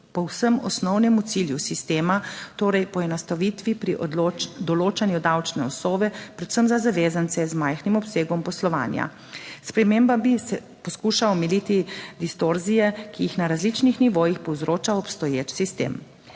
povsem osnovnemu cilju sistema, torej poenostavitvi pri določanju davčne osnove, predvsem za zavezance z majhnim obsegom poslovanja. S spremembami se poskuša omiliti distorzije, ki jih na različnih nivojih povzroča obstoječ sistem.